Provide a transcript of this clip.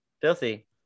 Filthy